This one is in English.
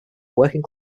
working